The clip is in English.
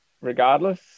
regardless